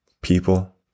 People